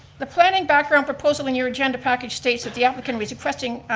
the planning background proposal in your agenda package states that the applicant is requesting